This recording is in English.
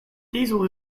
diesel